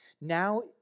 Now